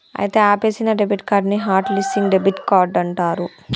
అయితే ఆపేసిన debit card ని హట్ లిస్సింగ్ డెబిట్ కార్డ్ అంటారు